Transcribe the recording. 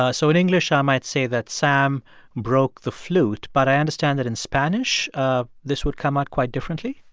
ah so in english, i ah might say that sam broke the flute. but i understand that in spanish, ah this would come out quite differently